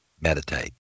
meditate